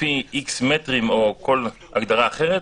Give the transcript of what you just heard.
לפי X מטרים או כל הגדרה אחרת,